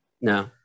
No